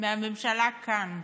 מהממשלה כאן.